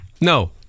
No